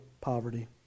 poverty